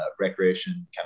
recreation